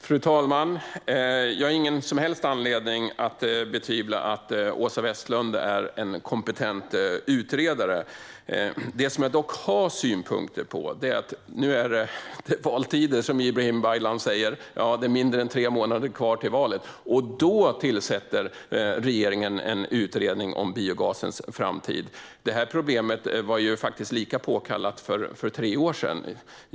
Fru talman! Jag har ingen som helst anledning att betvivla att Åsa Westlund är en kompetent utredare. Det är dock en annan sak som jag har synpunkter på. Nu är det valtider, som Ibrahim Baylan säger. Ja, det är mindre än tre månader kvar till valet. Då tillsätter regeringen en utredning om biogasens framtid. Detta problem var faktiskt lika påkallat för tre år sedan.